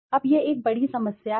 अब यह एक बड़ी समस्या है